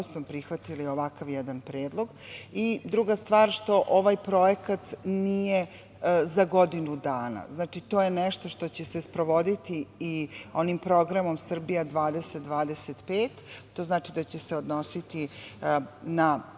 prihvatili ovakav jedan predlog. Druga stvar, što ovaj projekat nije za godinu dana. To je nešto što će se sprovoditi i onim programom Srbija 2025, što znači da će se odnositi na